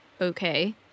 Okay